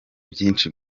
byinshi